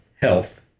Health